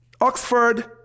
Oxford